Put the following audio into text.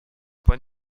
point